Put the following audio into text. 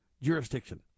jurisdiction